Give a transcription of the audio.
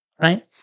right